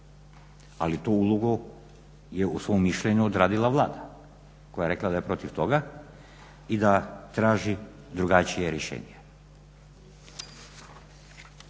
ali tu ulogu je u svom mišljenju odradila Vlada koja je rekla da je protiv toga i da traži drugačije rješenje.